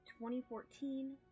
2014